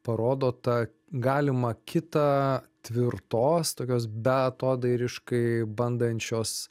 parodo tą galimą kitą tvirtos tokios beatodairiškai bandančios